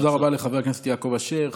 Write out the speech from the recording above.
תודה רבה לחבר הכנסת יעקב אשר.